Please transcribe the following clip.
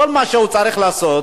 כל מה שהוא צריך לעשות,